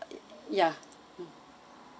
ya